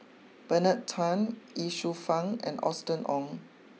Bernard Tan Ye Shufang and Austen Ong